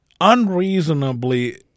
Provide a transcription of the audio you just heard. unreasonably